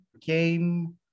came